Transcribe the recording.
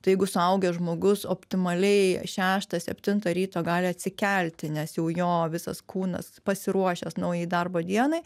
tai jeigu suaugęs žmogus optimaliai šeštą septintą ryto gali atsikelti nes jau jo visas kūnas pasiruošęs naujai darbo dienai